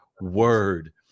word